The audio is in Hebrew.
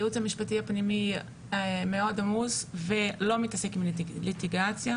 הייעוץ המשפטי הפנימי מאוד עמוס ולא מתעסק עם ליטיגציה.